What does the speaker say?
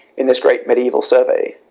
in this great medieval survey.